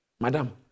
madam